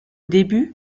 début